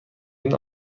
این